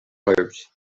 rose